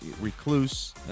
recluse